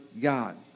God